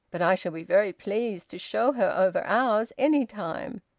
but i shall be very pleased to show her over ours, any time.